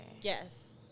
Yes